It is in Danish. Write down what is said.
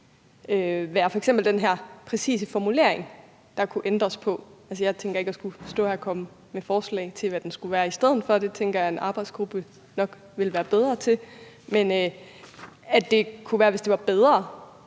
være den her præcise formulering, der kunne ændres på? Jeg tænker ikke at skulle stå her og komme med forslag til, hvad den skulle være i stedet for. Det tænker jeg en arbejdsgruppe nok ville være bedre til, men det kunne være, at det var bedre